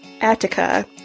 Attica